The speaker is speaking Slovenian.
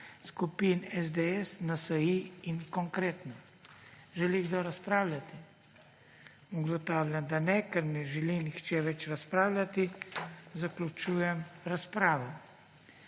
skupin SDS, NSi in Konkretno. Želi kdo razpravljati? Ugotavljam, da ne. Ker ne želi nihče več razpravljati, zaključujem razpravo.